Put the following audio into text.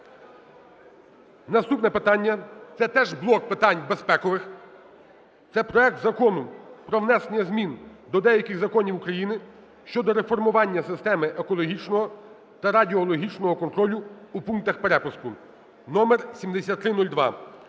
Наступне питання – це теж блок питань безпекових, це проект Закону про внесення змін до деяких законів України щодо реформування системи екологічного та радіологічного контролю у пунктах пропуску (№ 7302).